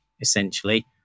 essentially